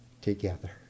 together